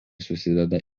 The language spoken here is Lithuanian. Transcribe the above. susideda